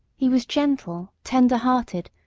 he was gentle, tenderhearted,